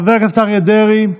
חבר הכנסת אריה דרעי,